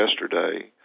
yesterday